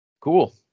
cool